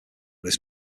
this